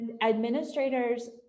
Administrators